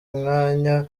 umwanya